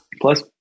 Plus